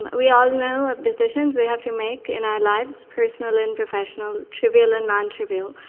um we all know of decisions we have to make in our lives, personal and professional, trivial and nontrivial.